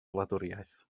wladwriaeth